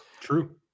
true